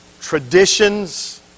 traditions